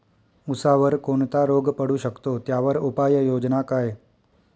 ऊसावर कोणता रोग पडू शकतो, त्यावर उपाययोजना काय?